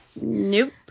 Nope